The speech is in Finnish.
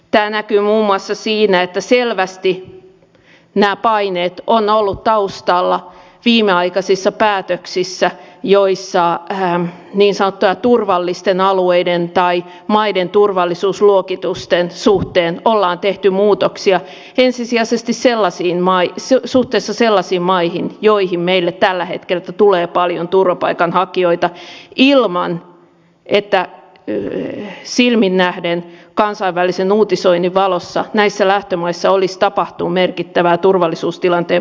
tämä näkyy muun muassa siinä että selvästi nämä paineet ovat olleet taustalla viimeaikaisissa päätöksissä joissa niin sanottujen turvallisten alueiden tai maiden turvallisuusluokitusten suhteen ollaan tehty muutoksia ensisijaisesti suhteessa sellaisiin maihin joista meille tällä hetkellä tulee paljon turvapaikanhakijoita ilman että silmin nähden kansainvälisen uutisoinnin valossa näissä lähtömaissa olisi tapahtunut merkittävää turvallisuustilanteen paranemista